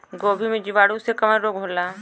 गोभी में जीवाणु से कवन रोग होला?